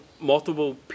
multiple